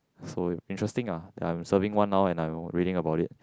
so interesting lah that I'm serving one now and I reading about it